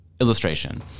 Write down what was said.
Illustration